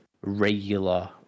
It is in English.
regular